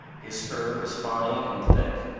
his fur was fine and thick,